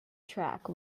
track